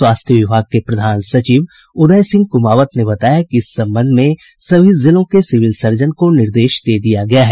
स्वास्थ्य विभाग के प्रधान सचिव उदय सिंह कुमावत ने बताया कि इस संबंध में सभी जिलों के सिविल सर्जन को निर्देश दे दिया गया है